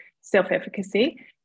self-efficacy